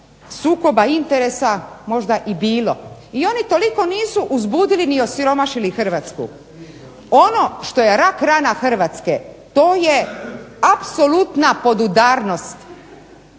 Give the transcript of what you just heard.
sukoba interesa možda i bilo i oni toliko nisu uzbudili ni osiromašili Hrvatsku. Ono što je rak rana Hrvatske to je apsolutna podudarnost